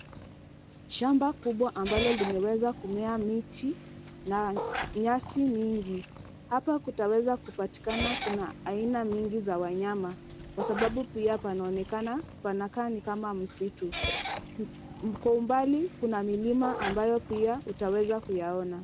Shamba kubwa ambalo limeweza kumea miti na nyasi nyingi. Hapa kutaweza kupatikana kuna aina nyingi za wanyama kwa sababu panaonekana panakaa kama msitu. Kwa umbali kuna milima ambayo pia utaweza kuyaona.